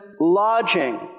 lodging